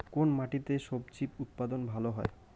কোন মাটিতে স্বজি উৎপাদন ভালো হয়?